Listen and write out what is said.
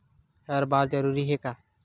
हर बार जरूरी हे का?